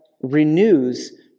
renews